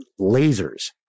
lasers